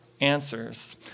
answers